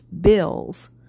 bills